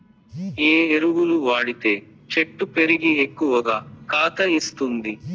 ఏ ఎరువులు వాడితే చెట్టు పెరిగి ఎక్కువగా కాత ఇస్తుంది?